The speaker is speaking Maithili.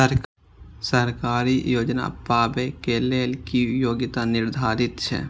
सरकारी योजना पाबे के लेल कि योग्यता निर्धारित छै?